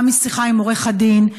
גם משיחה עם עורך הדין,